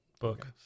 book